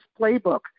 playbook